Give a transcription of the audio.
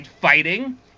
fighting